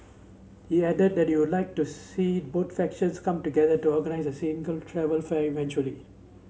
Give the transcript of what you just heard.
he added that he would like to see both factions come together to organise a single travel fair eventually